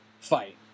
fight